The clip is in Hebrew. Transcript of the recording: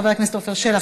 חבר הכנסת עפר שלח,